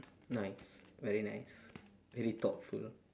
nice very nice very thoughtful